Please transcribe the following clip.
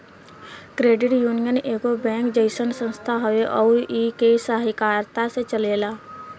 credit union एगो bank जइसन संस्था हवे अउर इ के सहकारिता से चलेला